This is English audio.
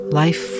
life